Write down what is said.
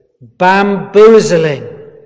bamboozling